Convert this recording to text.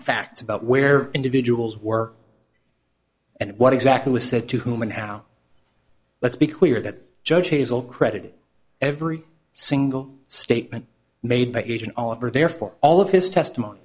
facts about where individuals were and what exactly was said to whom and how let's be clear that judge hazel credited every single statement made by agent oliver therefore all of his testimony